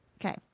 okay